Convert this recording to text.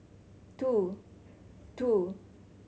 two two